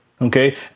okay